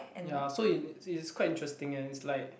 ya so it it's quite interesting leh it's like